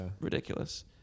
ridiculous